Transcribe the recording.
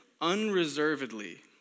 unreservedly